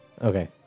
Okay